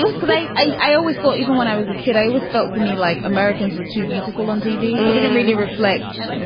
like i i always thought even when i was a kid, i was felt to me like americans were too beautiful on tv. it really reflects,